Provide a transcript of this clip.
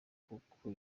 kuko